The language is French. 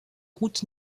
routes